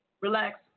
relax